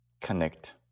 connect